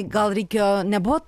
gal reikėjo nebuvo